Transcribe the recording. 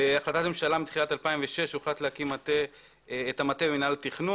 בהחלטת ממשלה מתחילת 2006 הוחלט להקים את מטה מנהל התכנון